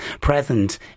present